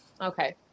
Okay